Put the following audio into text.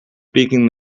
speaking